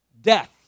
death